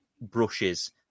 brushes